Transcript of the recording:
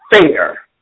fair